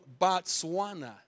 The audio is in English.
Botswana